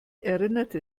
erinnerte